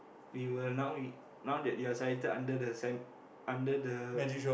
we will now you now that you are selected under the same under the